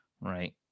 right